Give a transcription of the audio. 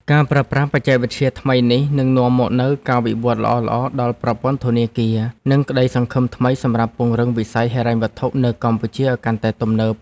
ការប្រើប្រាស់បច្ចេកវិទ្យាថ្មីនេះនឹងនាំមកនូវការវិវត្តល្អៗដល់ប្រព័ន្ធធនាគារ និងក្តីសង្ឃឹមថ្មីសម្រាប់ពង្រឹងវិស័យហិរញ្ញវត្ថុនៅកម្ពុជាឱ្យកាន់តែទំនើប។